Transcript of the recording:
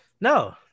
No